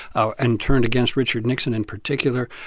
ah and turned against richard nixon in particular,